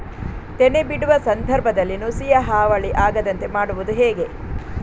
ತೆನೆ ಬಿಡುವ ಸಂದರ್ಭದಲ್ಲಿ ನುಸಿಯ ಹಾವಳಿ ಆಗದಂತೆ ಮಾಡುವುದು ಹೇಗೆ?